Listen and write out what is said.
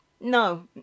no